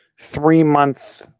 three-month